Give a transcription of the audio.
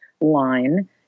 line